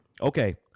Okay